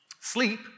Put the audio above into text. Sleep